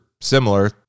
similar